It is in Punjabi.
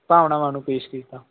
ਭਾਵਨਾਵਾਂ ਨੂੰ ਪੇਸ਼ ਕੀਤਾ